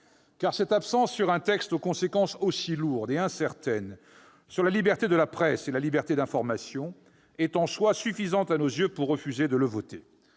! Cette absence, sur un texte aux conséquences aussi lourdes et incertaines sur la liberté de la presse et la liberté d'information, est en soi suffisante, à nos yeux, pour refuser de le voter.